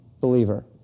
believer